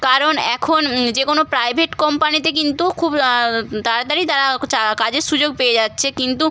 কারণ এখন যে কোনো প্রাইভেট কোম্পানিতে কিন্তু খুব তাড়াতাড়ি তারা ক্ চা কাজের সুযোগ পেয়ে যাচ্ছে কিন্তু